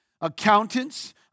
accountants